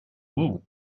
wool